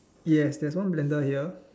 yes there's one blender here